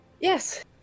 Yes